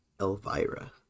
Elvira